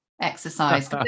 exercise